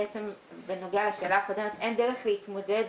בנוגע לשאלה הקודמת, אין דרך להתמודד